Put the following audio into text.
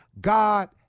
God